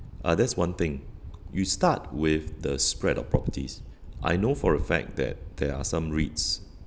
uh that's one thing you start with the spread of properties I know for a fact that there are some REITs